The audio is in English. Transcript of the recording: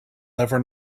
never